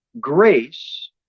grace